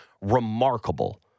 remarkable